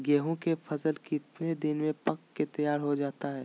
गेंहू के फसल कितने दिन में पक कर तैयार हो जाता है